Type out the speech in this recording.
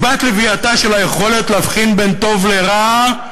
בת-לווייתה של היכולת להבחין בין טוב לרע,